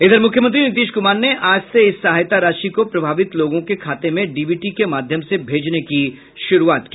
इधर मुख्यमंत्री नीतीश कुमार ने आज से इस सहायता राशि को प्रभावित लोगों के खाते में डीबीटी के माध्यम से भेजने की शुरूआत की